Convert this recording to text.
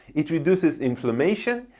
it reduces inflammation.